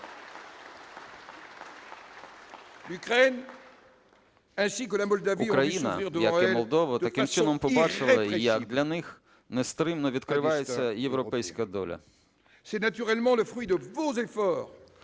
Україна, як і Молдова, таким чином побачила, як для них нестримно відкривається європейська доля. Це є, вочевидь, результатом